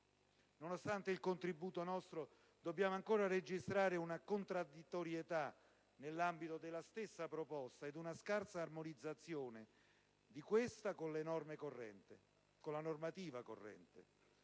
Nonostante il nostro contributo, dobbiamo ancora registrare una contraddittorietà nell'ambito della stessa proposta ed una scarsa armonizzazione di questa con la normativa corrente.